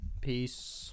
Peace